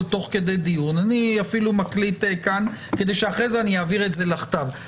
תוך כדי דיון והוא מקליט כדי שיוכל להעביר את זה לכתב.